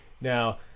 Now